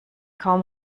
kaum